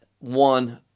one